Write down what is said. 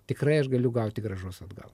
tikrai aš galiu gauti grąžos atgal